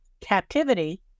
captivity